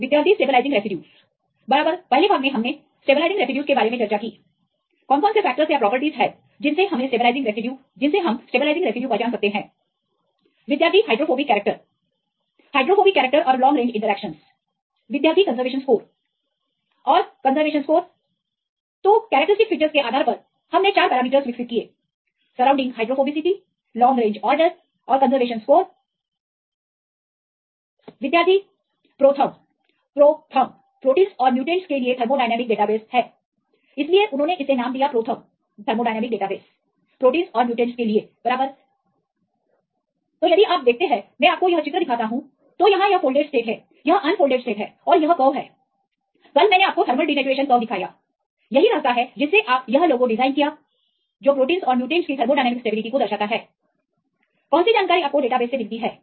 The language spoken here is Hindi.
विद्यार्थी स्टेबलाइजिंग रेसिड्यूज बराबर पहले भाग मे हमने स्टेबलाइजिंग रेसिड्यूज के बारे में चर्चा की कौन कौन से फैक्टर्स या प्रॉपर्टीज है जिनसे हम स्टेबलाइजिंग रेसिड्यूज को पहचान सकते हैं विद्यार्थी हाइड्रोफोबिक कैरेक्टर हाइड्रोफोबिक कैरेक्टर और long range इंटरेक्शनस विद्यार्थी कंजर्वेशन स्कोर और कंजर्वेशन स्कोर कैरेक्टरस्टिक फीचर्स के आधार पर हमने 4 पैरामीटर्स विकसित किए surrounding hydrophobicity long range order और कंजर्वेशंन स्कोर विद्यार्थी प्रोथर्म प्रोथर्मप्रोटीनस और म्युटेंट के लिए थर्मोडायनेमिक डेटाबेस है इसलिए उन्होंने इसे नाम दिया प्रोथर्मथर्मोडायनेमिक डेटाबेस प्रोटीनसऔर म्युटेंटस के लिए बराबर तो यदि आप देखते हैं मैं आपको यह चित्र दिखाता हूं तो यहां यह फोल्डेड स्टेट है यह अनफोल्डेड स्टेट है और यह कर्व है कल मैंने आपको थर्मल डिनेचुरेशन कर्व दिखायायही रास्ता है जिससे आपने यह लोगो डिजाइन किया जो प्रोटींस और म्युटेंट की थर्मोडायनेमिक्स स्टेबिलिटी को दर्शाता है कौन सी जानकारी आपको डेटाबेस से मिलती है